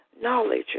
knowledge